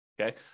okay